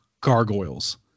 Gargoyles